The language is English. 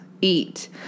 eat